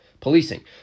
policing